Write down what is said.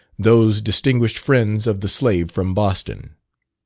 those distinguished friends of the slave from boston.